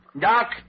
Doc